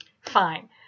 fine